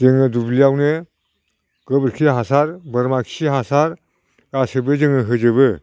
जोङो दुब्लियावनो गोबोरखि हासार बोरमा खि हासार गासिबो जोङो होजोबो